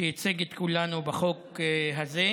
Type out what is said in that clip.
שייצג את כולנו בחוק הזה.